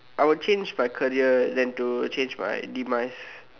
I would change my career then to change my demise